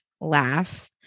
laugh